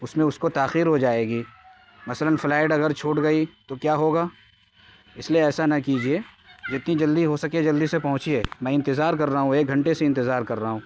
اس میں اس کو تاخیر ہو جائے گی مثلاً فلائٹ اگر چھوٹ گئی تو کیا ہوگا اس لئے ایسا نہ کیجیے جتنی جلدی ہو سکے جلدی سے پہنچیے میں انتظار کر رہا ہوں ایک گھنٹے سے انتظار کر رہا ہوں